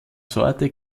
sorte